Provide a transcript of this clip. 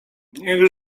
niech